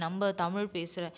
நம்ம தமிழ் பேசுகிற